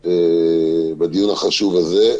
בדיון החשוב הזה.